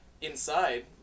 Inside